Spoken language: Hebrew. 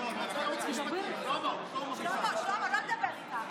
אי-אפשר ככה, החוצפה, שלמה, שלמה, די, ביטל.